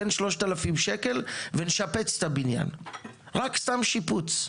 תן 3,000 שקל ונשפץ את הבניין רק סתם שיפוץ,